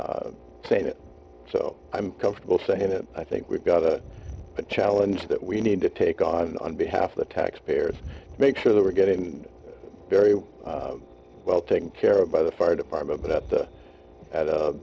saying it so i'm comfortable saying that i think we've got a challenge that we need to take on on behalf of the taxpayers make sure that we're getting very well taken care of by the fire department but at the at